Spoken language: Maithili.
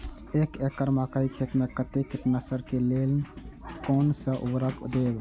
एक एकड़ मकई खेत में कते कीटनाशक के लेल कोन से उर्वरक देव?